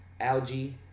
algae